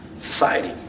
society